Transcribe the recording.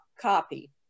copy